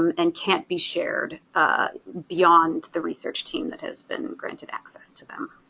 um and can't be shared beyond the research team that has been granted access to them.